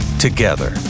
together